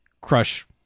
crush